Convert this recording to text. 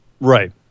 right